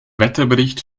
wetterbericht